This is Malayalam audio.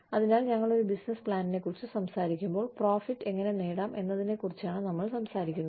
അതിനാൽ ഞങ്ങൾ ഒരു ബിസിനസ് പ്ലാനിനെക്കുറിച്ച് സംസാരിക്കുമ്പോൾ പ്രോഫിറ്റ് എങ്ങനെ നേടാം എന്നതിനെക്കുറിച്ചാണ് നമ്മൾ സംസാരിക്കുന്നത്